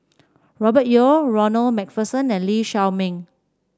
Robert Yeo Ronald MacPherson and Lee Shao Meng